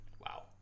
Wow